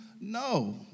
no